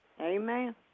Amen